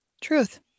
Truth